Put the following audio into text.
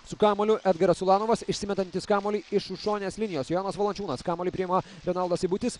su kamuoliu edgaras ulanovas išsimetantis kamuolį iš už šoninės linijos jonas valančiūnas kamuolį priima renaldas seibutis